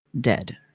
dead